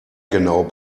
genau